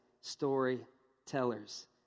storytellers